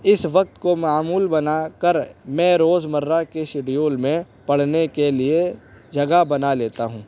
اس وقت کو معمول بنا کر میں روز مرہ کے شیڈول میں پڑھنے کے لیے جگہ بنا لیتا ہوں